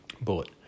bullet